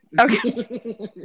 Okay